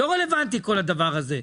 זה לא רלוונטי, כל הדבר הזה.